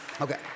Okay